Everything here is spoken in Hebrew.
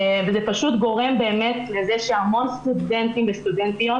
וזה גורם לזה שהמון סטודנטים וסטודנטיות